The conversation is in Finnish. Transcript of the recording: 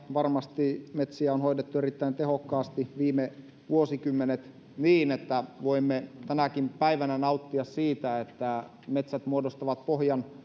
varmasti metsiä on hoidettu erittäin tehokkaasti viime vuosikymmenet niin että voimme tänäkin päivänä nauttia siitä että metsät muodostavat pohjan